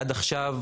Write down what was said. עד עכשיו